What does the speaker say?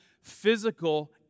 Physical